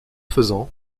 faisant